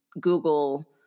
google